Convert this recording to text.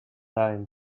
dime